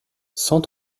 cent